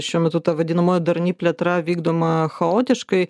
šiuo metu ta vadinamoji darni plėtra vykdoma chaotiškai